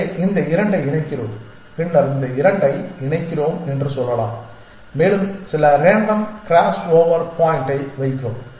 எனவே இந்த 2 ஐ இணைக்கிறோம் பின்னர் இந்த 2 ஐ இணைக்கிறோம் என்று சொல்லலாம் மேலும் சில ரேண்டம் க்ராஸ்ஓவர் பாயிண்ட் வைக்கிறோம்